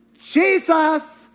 Jesus